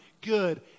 good